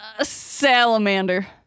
Salamander